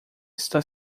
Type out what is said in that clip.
está